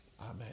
Amen